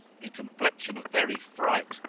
in complexion a very fright,